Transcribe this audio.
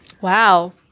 Wow